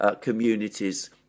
communities